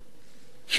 שאין חלל,